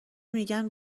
میگن